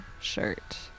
shirt